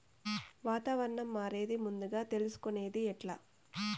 వాతావరణం మారేది ముందుగా తెలుసుకొనేది ఎట్లా?